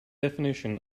definition